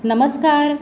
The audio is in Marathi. नमस्कार